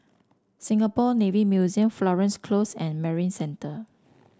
Singapore Navy Museum Florence Close and Marina Centre